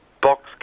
Box